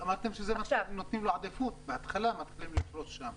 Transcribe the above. אמרתם שאתם נותנים לו עדיפות ומהתחלה מתחילים לפרוס שם.